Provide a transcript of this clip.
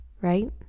right